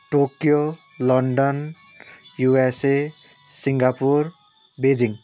Tokyo London USA Singapore Beijing